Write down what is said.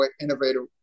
innovative